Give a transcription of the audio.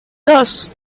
dos